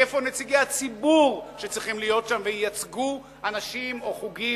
איפה נציגי הציבור שצריכים להיות שם ולייצג אנשים או חוגים